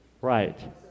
Right